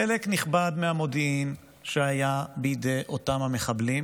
חלק נכבד מהמודיעין שהיה בידי אותם מחבלים